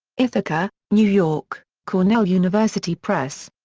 ithaca, new york cornell university press.